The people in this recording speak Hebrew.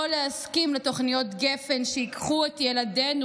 לא להסכים לתוכניות גפ"ן שייקחו את ילדינו